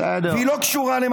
לא אמרתי ככלל.